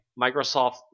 Microsoft